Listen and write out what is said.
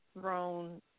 thrown